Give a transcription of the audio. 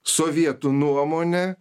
sovietų nuomone